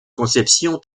conception